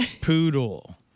Poodle